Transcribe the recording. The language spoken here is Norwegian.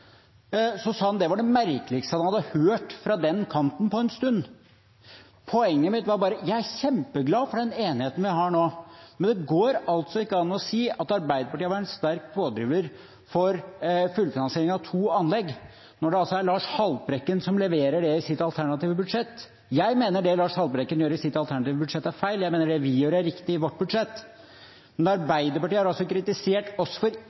kjempeglad for den enigheten vi har nå, men det går ikke an å si at Arbeiderpartiet har vært en sterk pådriver for fullfinansiering av to anlegg, når det er Lars Haltbrekken som leverer det i sitt alternative budsjett. Jeg mener det Lars Haltbrekken gjør i sitt alternative budsjett, er feil. Jeg mener det vi gjør i vårt budsjett, er riktig. Men Arbeiderpartiet har altså kritisert oss for